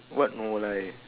what no life